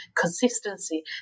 consistency